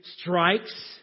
strikes